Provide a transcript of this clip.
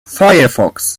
firefox